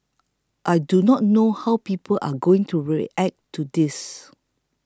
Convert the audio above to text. I do not know how people are going to react to this